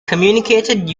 communicated